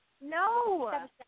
No